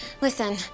listen